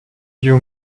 you